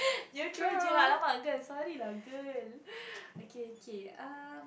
Neutrogena !alamak! girl sorry lah girl okay okay um